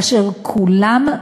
כאשר כולם,